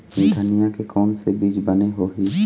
धनिया के कोन से बीज बने होही?